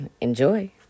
Enjoy